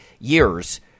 years